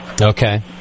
Okay